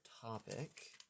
topic